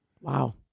Wow